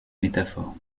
métaphore